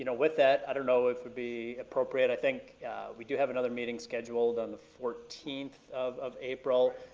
you know with that, i don't know if it would be appropriate, i think we do have another meeting scheduled on the fourteenth of april,